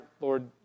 Lord